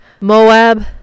Moab